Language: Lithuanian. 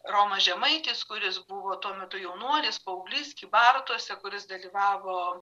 romas žemaitis kuris buvo tuo metu jaunuolis paauglys kybartuose kuris dalyvavo